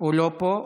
הוא לא פה.